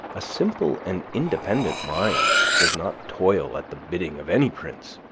a simple and independent mind does not toil at the bidding of any prince.